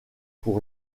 pour